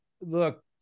look